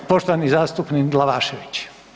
Poštovani zastupnik Glavašević.